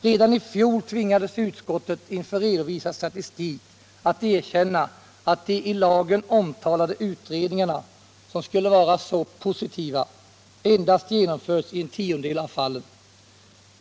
Redan i fjol tvingades utskottet inför redovisad statistik att erkänna att de i lagen omtalade utredningarna, som skulle vara så positiva, genomförts i endast en tiondel av fallen.